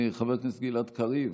חבר הכנסת גלעד קריב,